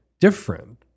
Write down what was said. different